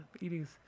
eating